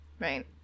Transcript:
Right